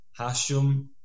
Hashum